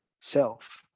self